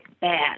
bad